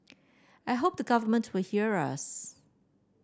I hope the government will hear us